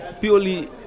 Purely